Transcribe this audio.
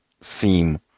seem